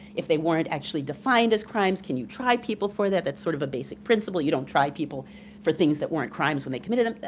if they weren't actually defined as crimes can you try people for that? that's sort of a basic principle. you don't try people for things that weren't crimes when they committed them.